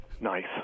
Nice